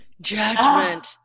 judgment